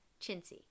chintzy